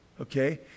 Okay